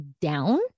down